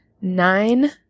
nine